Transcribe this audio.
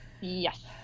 Yes